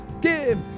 Give